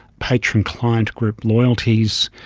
patron client group loyalties,